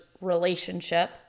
relationship